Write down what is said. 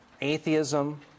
Atheism